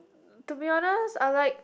to be honest I'm like